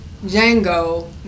Django